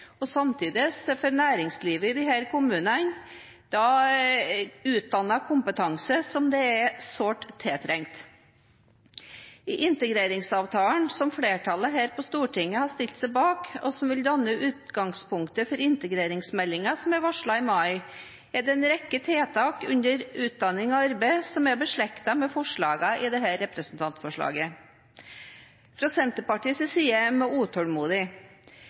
og samtidig får næringslivet i disse kommunene utdannet kompetanse som er sårt tiltrengt. I integreringsavtalen, som flertallet her i Stortinget har stilt seg bak, og som vil danne utgangspunkt for integreringsmeldingen som er varslet i mai, er det en rekke tiltak under «Aktivitet og arbeid» som er beslektet med forslagene i dette representantforslaget. Fra Senterpartiets side